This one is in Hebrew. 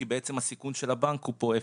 כי בעצם הסיכון של הבנק הוא פה אפס,